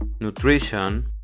Nutrition